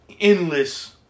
endless